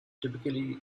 typically